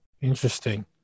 interesting